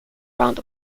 round